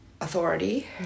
authority